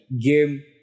game